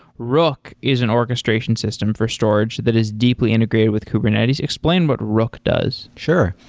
rook is an orchestration system for storage that is deeply integrated with kubernetes. explain what rook does. sure.